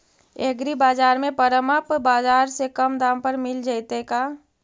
एग्रीबाजार में परमप बाजार से कम दाम पर मिल जैतै का?